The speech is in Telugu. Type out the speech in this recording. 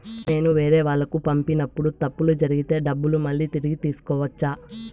నేను వేరేవాళ్లకు పంపినప్పుడు తప్పులు జరిగితే డబ్బులు మళ్ళీ తిరిగి తీసుకోవచ్చా?